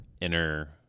inner